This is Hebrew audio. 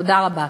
תודה רבה.